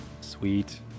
Sweet